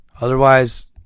Otherwise